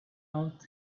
out